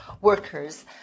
workers